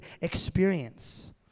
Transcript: experience